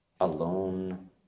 alone